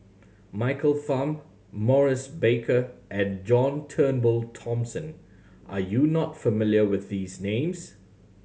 Michael Fam Maurice Baker and John Turnbull Thomson are you not familiar with these names